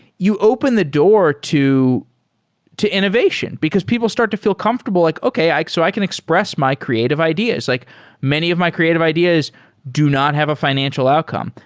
you open the door to to innovation, because people start to feel comfortable like, okay. i so i can express my creative ideas. like many of my creative ideas do not have a financial outcome.